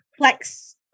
Flex